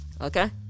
Okay